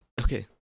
okay